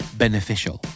beneficial